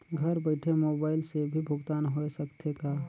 घर बइठे मोबाईल से भी भुगतान होय सकथे का?